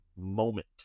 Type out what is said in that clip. moment